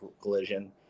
Collision